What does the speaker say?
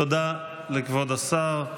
תודה לכבוד השר.